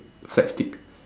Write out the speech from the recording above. flag stick